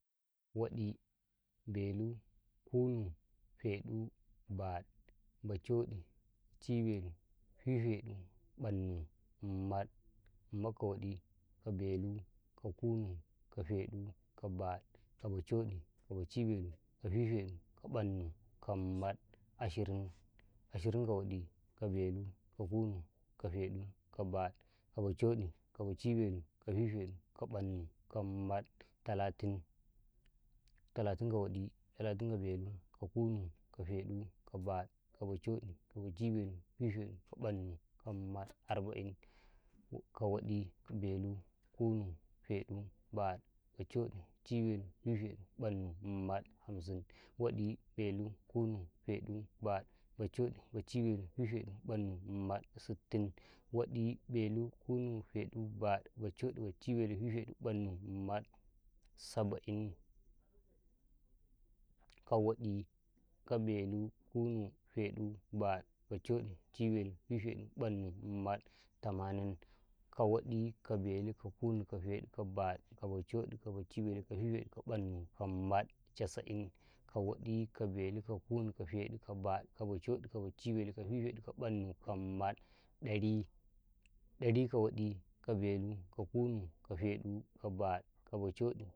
﻿Waɗi, belu, kunu, feɗu, baɗ, bacaɗi, baci-beluu, fifeɗu, ƃannu, mum baɗ ka waɗi, ka belu, ka kunu, ka feɗu, ka baɗ bacoɗi, baci belu, fifeɗu, ƃannnu, kam baɗi ashirin, ashirin ka waɗi, ka belu ka kunu, ka feɗu, ka baɗi ka bacoɗi, ka baci-belu, ka fifeɗu, ka ƃannu, ka baɗi ka baɗi talatin, tulatin ka waɗi, ka belu, ka kunu, ka feɗu kam baɗi ka bacɗi, ka baci-belu, ka fifeɗu, ka ƃannu ka baɗi arba'in ka waɗi, ka belu, ka kunu, reɗu ka baɗi, ka bacaɗi, ka baci-belu, ka fifeɗu ka baɗi, Hamsin ka waɗi, ka belu, ka kunu, ka feɗu ka baɗu baɗi ka bacaɗi, ka baci-belu, ka fifeɗu, ka ƃannu ka baɗi sittin, ka waɗi, belu, fifeɗu, ƃannu, kunu feɗusaba'in, ka waɗi, belu kunu feɗu baɗi bacaɗi baci-belu kunu, feɗu baɗi bacaɗi baci-belu, fifeɗu, ƃannu baɗi tamanin, ka waɗi, belu, kunu feɗu, baɗi bacaɗi, baci-belu, fifeɗu ƃannu baɗi casa'in, ka waɗi, ka kunu, feɗu, baɗi bacaɗi baci-belu, fifeɗu, ƃannu dari ɗari ka waɗi, ka belu, ka kunu, ka feɗu, ka waɗi, kabacaɗi.